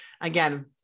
again